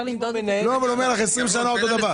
הוא אומר לך שכבר 20 שנים זה אותו דבר.